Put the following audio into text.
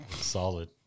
Solid